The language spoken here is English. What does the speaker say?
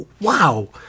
wow